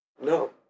No